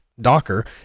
Docker